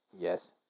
Yes